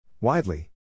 Widely